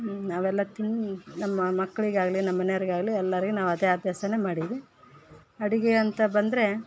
ಅವೆಲ್ಲ ತಿನ್ನು ನಮ್ಮ ಮಕ್ಳಿಗಾಗಲಿ ನಮ್ಮ ಮನೆಯೋರ್ಗಾಗಲಿ ಎಲ್ಲರಿಗೆ ನಾವು ಅದೇ ಅಭ್ಯಾಸವೇ ಮಾಡೀವಿ ಅಡುಗೆ ಅಂತ ಬಂದರೆ